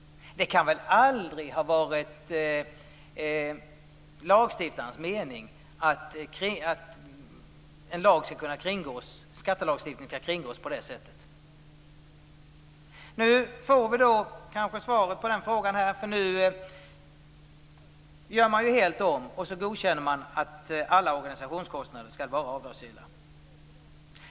Det kan väl aldrig ha varit lagstiftarens mening att skattelagstiftningen skall kunna kringgås på det sättet. Vi får nu kanske svaret på den frågan. Nu gör man helt om och godkänner att alla organisationskostnader skall vara avdragsgilla.